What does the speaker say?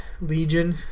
Legion